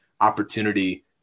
opportunity